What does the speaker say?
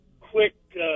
quick